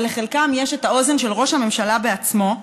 ולחלקם יש את האוזן של ראש הממשלה בעצמו,